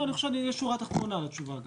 לא, יש שורה תחתונה בתשובה הזאת.